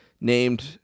named